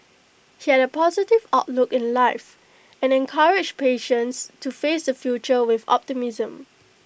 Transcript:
he had A positive outlook in life and encouraged patients to face the future with optimism